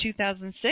2006